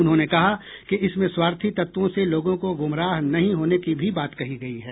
उन्होंने कहा कि इसमें स्वार्थी तत्वों से लोगों को गुमराह नहीं होने की भी बात कही गई है